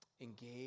engage